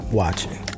watching